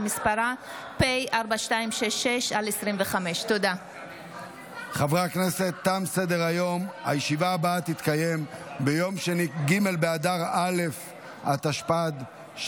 אושרה בקריאה ראשונה ותעבור לוועדת הכנסת לצורך